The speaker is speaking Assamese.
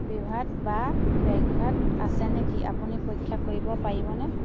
বিভ্ৰাত বা ব্যাঘাত আছে নেকি আপুনি পৰীক্ষা কৰিব পাৰিবনে